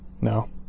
No